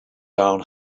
down